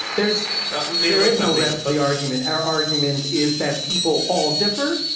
there is there is no rest to the argument. our argument is that people all differ,